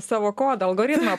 savo kodą algoritmą